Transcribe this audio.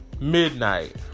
Midnight